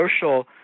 social